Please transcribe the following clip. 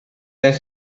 werk